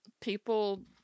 People